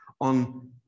on